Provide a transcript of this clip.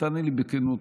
ותענה לי בכנות,